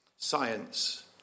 Science